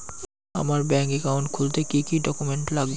আমার bank account খুলতে কি কি ডকুমেন্ট লাগবে?